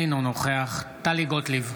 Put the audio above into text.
אינו נוכח טלי גוטליב,